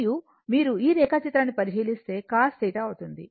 మరియు మీరు ఈ రేఖాచిత్రాన్ని పరిశీలిస్తే cos θ అవుతుంది